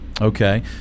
Okay